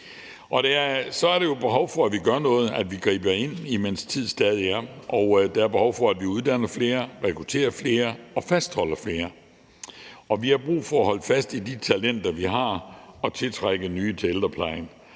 Så er der jo et behov for, at vi gør noget, at vi griber ind, imens tid stadig er. Der er behov for, at vi uddanner flere, rekrutterer flere og fastholder flere. Vi har brug for at holde fast i de talenter, vi har, og tiltrække nye til ældreplejen,